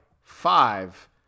five